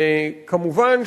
וכמובן,